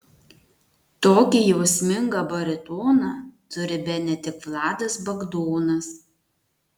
tokį jausmingą baritoną turi bene tik vladas bagdonas